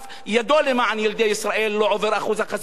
ידו למען ילדי ישראל לא עובר את אחוז החסימה,